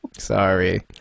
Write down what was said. Sorry